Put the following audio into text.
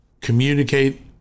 communicate